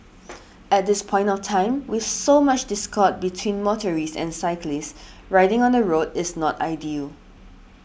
at this point of time with so much discord between motorists and cyclists riding on the road is not ideal